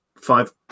five